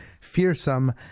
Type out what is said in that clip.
fearsome